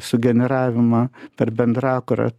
sugeneravimą per bendrakūrą